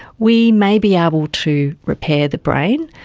we may be able to repair the brain,